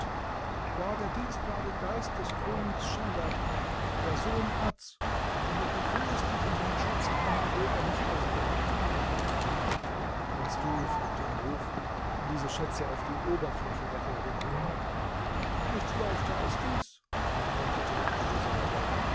war der dienstbare geist des königs schadad der sohn ads und du befindest dich in seiner schatzkammer wo er mich aufbewahrte kannst du fragte maruf diese schätze auf die oberfläche der erde bringen nichts leichter als dies antwortete abu saadat